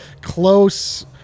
close